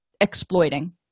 exploiting